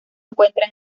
encuentra